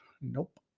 Nope